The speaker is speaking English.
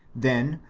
then,